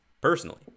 personally